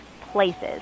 places